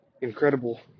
incredible